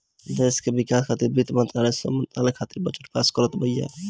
देस के विकास खातिर वित्त मंत्रालय सब मंत्रालय खातिर बजट पास करत बिया